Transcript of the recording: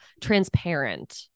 transparent